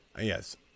Yes